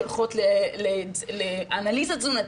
שולחות לאנליזה תזונתית,